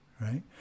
right